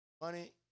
Money